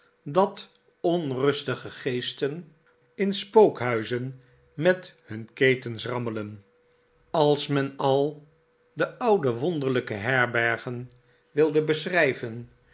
dat onrustige geesten in spookhuizen met hun ketens rammelen als men al de oude wonderlijke herbergen wilde beschrijven